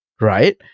right